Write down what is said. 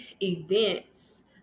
events